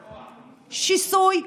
שיסוי,